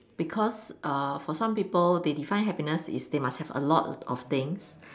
because uh for some people they define happiness is they must have a lot of things